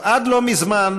עד לא מזמן,